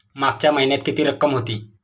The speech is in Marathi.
मागच्या महिन्यात किती रक्कम होती?